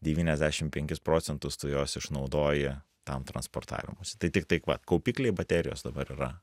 devyniasdešim penkis procentus tu jos išnaudoji tam transportavimuisi tai tiktai vat kaupikliai baterijos dabar yra